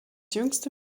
jüngste